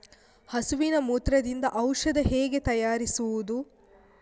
ಹಸುವಿನ ಮೂತ್ರದಿಂದ ಔಷಧ ಹೇಗೆ ತಯಾರಿಸುವುದು?